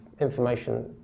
information